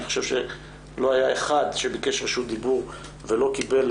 אני חושב שלא היה אחד שביקש רשות דיבור ולא קיבל,